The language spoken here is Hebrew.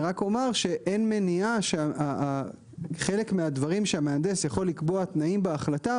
אני רק אומר שאין מניעה שחלק מהדברים שהמהנדס יכול לקבוע תנאים בהחלטה,